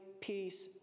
peace